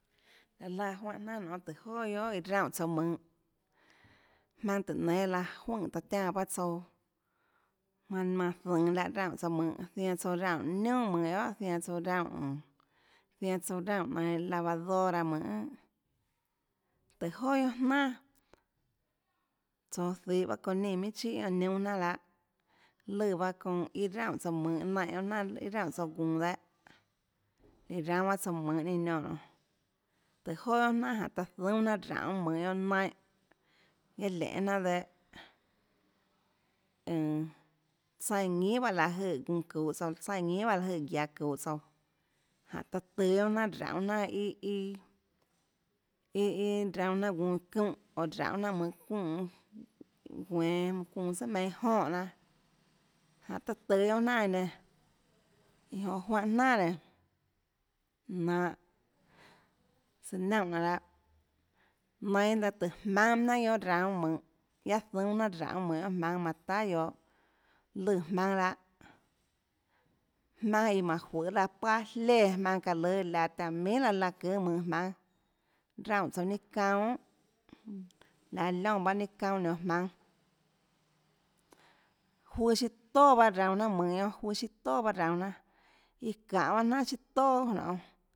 Laå laã juánhã jnanà nionê guiohà tùhå joà iã raunè tsouã mønhå jmaønâ tùhå nénâ laã juøè taã tiánã bahâ tsouã manã manã zønå láhã raunè tsouã mønhåzianã tsouã raunè niunà mønhå guiohà zianã tsouã raunè mmm zianã tsouã raunènainhå lavadora mønhån tùhå joà guionâ jnanàtsoå zihå çounã nínã minhà chihà guioân niúnâ jnanà lahâ lùã bahâ çounã iâ raunè tsouã mønhå naínhã guionâ jnanàlùã iã raunè tsouã guunå dehâ líã raúnâ bahâ tsouã mønhå ninâ niónã tùhå joà guionà jnanà taã zoúnâ jnanà raunê mønhåguiohâ naínhã guiaâ lenê jnanà dehâ ønå tsaíãñinhà bahâ láhå jøè guunå çuhå tsouã tsaíãñinhà bahâ láhå jøèguiaå çuhå tsouã jánhå taã tùå guionâ jnanà raunå jnanà iâ iâ iâ raunå jnanà guunå çúnhã oå raunê jnanà mønhå çuunên guenå mønhå çuunã tsùà meinhâ jonè jnanà jánhå taã tøå guionà jnanà iã nenã iã jonã juánhã jnanà nénå nanhå søã naúnhã nanhå lahâ nainå laå tùhå jmaùnâ jnanà guionâ raunå mønhå guiaâ zoúnâ jnanà raunê mønhå guionâ jmaùnâ manã tahà guiohå lùã jmaùnâ lahâ jmaønâ iã jmánhå juøê laã paâ iâ jléã jmaønã çaã lùã laã taã minhà raã laã çùâ mønhå jmaùnâ raunè tsouã ninâ çaunâ guiohà laå liónã bahâ ninâ çaunâ nionå jmaùnâ juøâ siâ toà bahâ raunå jnanà mønhå guionâ siâ toà bahâ raunå jnanà iã çanê bahâ jnanà siâ toà nonê